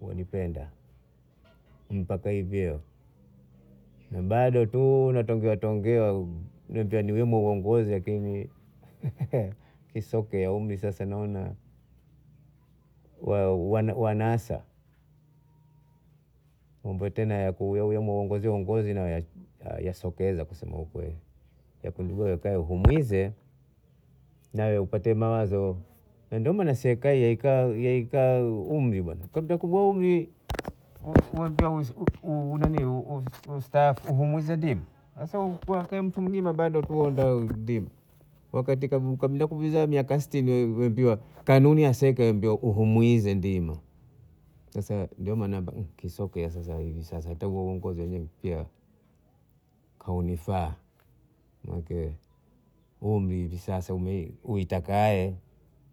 wanipenda mpaka hivi leo na bado tu tongea tongea tu nimechaguemo viongozi lakini nisokea umri sasa naona wanasa mambo tena ya kuloea loea uongozi nayasokeza kusema ukweli nipate mawazo ndo maana serikali ika weka umri bana wa kustaafu sasa mtu mwingine bado tu akigombea kupiza miaka sitini kanuni sakambiwa kumwiza ndima sasa ndo maana!! sokea hata huo uongozi mipiwa kaunifaa maana ake umri sasa umekataa